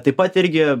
taip pat irgi